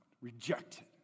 rejected